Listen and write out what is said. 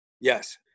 yes